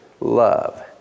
love